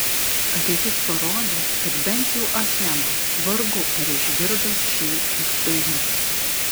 ateitis parodė kad bent jau achema vargu ar išgirdo šį įspėjimą